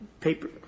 paper